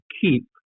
keep